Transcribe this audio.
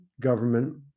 government